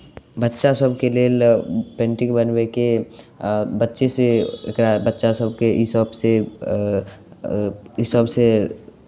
बच्चा सभके लेल पेन्टिंग बनबैके बच्चेसँ एकरा बच्चा सभके इसभसँ इसभसँ